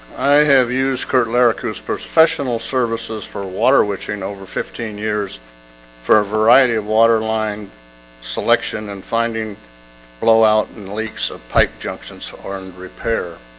i have used curt lyric whose professional services for water witching over fifteen years for a variety of water line selection and finding blowout in leaks of pipe junctions armed repair.